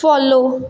follow